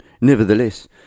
Nevertheless